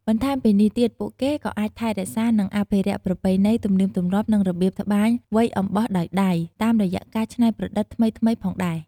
បន្ថែមពីនេះទៀត ពួកគេក៏អាចថែរក្សា និងអភិរក្សប្រពៃណី ទំនៀមទំលាប់ និងរបៀបត្បាញរវៃអំបោះដោយដៃ តាមរយៈការច្នៃប្រឌិតថ្មីៗផងដែរ។